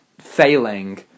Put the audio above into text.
failing